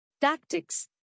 Tactics